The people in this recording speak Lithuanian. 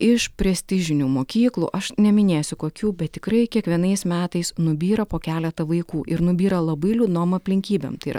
iš prestižinių mokyklų aš neminėsiu kokių bet tikrai kiekvienais metais nubyra po keletą vaikų ir nubyra labai liūdnom aplinkybėm tai yra